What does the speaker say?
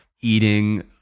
eating